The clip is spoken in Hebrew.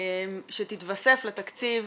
שקלים שתתווסף לתקציב